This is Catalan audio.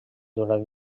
durant